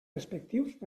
respectius